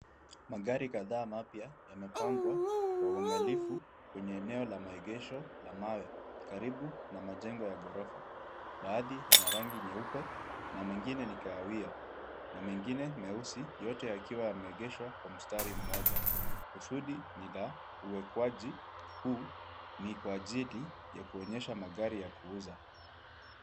Magari kadhaa mapya yamepangwa kwa uangalifu kwenye eneo la maegesho la mawe karibu na majengo ya ghorofa. Baadhi yana rangi nyeupe na mengine ni kahawia na mengine meusi yote yakiwa yameegeshwa kwa mstari mmoja kusudi ni la uwekwaji. Huu ni kwa ajili ya kuonyesha magari ya kuuza.